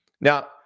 Now